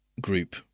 group